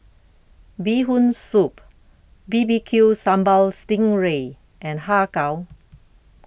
Bee Hoon Soup B B Q Sambal Sting Ray and Har Kow